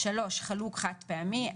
חלוק חד פעמי,